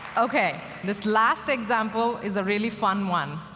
ok, this last example is a really fun one.